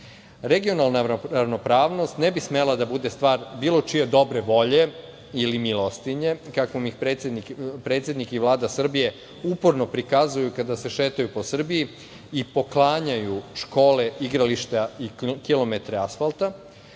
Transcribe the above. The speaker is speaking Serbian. ideologije. Regionalna ravnopravnost ne bi smela da bude stvar bilo čije dobre volje ili milostinje, kako ih predsednik i Vlada Srbije uporno prikazuju kada se šetaju po Srbiji i poklanjaju škole, igrališta i kilometre asfalta,